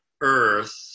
earth